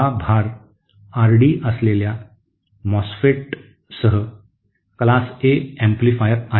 हा भार आरडी असलेल्या एमओएसएफईटीसह वर्ग ए एम्पलीफायर आहे